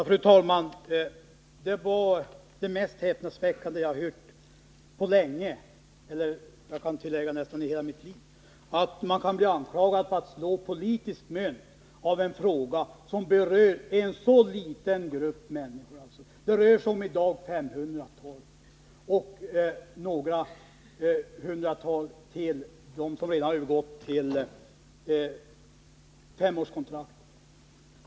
Fru talman! Det var det mest häpnadsväckande jag har hört på länge — eller nästan i hela mitt liv — att man kan bli anklagad för att försöka slå politiskt mynt av en fråga som berör en så liten grupp människor. Det rör sig i dag om 500 människor och några hundratal till som redan har övergått till femårskontrakt.